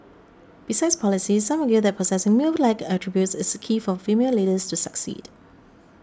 besides policies some argue that possessing male like attributes is a key for female leaders to succeed